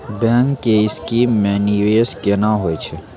Bank के scheme मे निवेश केना होय छै?